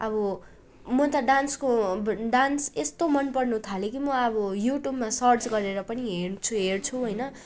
अब म त डान्सको ब्रु डान्स यस्तो मन पर्नु थाल्यो कि म अब युट्युबमा सर्च गरेर पनि हेर हेर्छु होइन